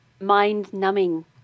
mind-numbing